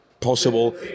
possible